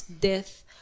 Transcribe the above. death